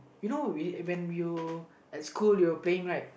you know when you at school you were playing right